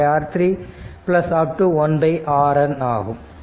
1 RN ஆகும்